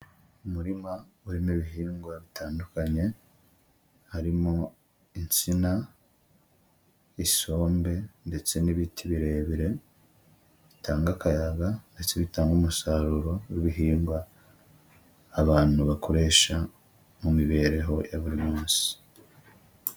Umurima urimo ibihingwa bitandukanye, harimo insina, isombe, ndetse n'ibiti birebire bitanga akayaga, ndetse bitanga umusaruro w'ibihingwa, abantu bakoresha mu mibereho ya buri munsi.